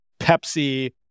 Pepsi